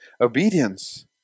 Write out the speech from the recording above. Obedience